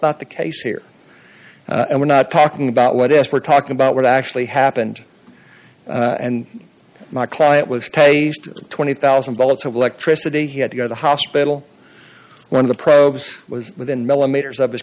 not the case here and we're not talking about what else we're talking about what actually happened and my client was taste twenty thousand volts of electricity he had to go to hospital one of the probes was within millimeters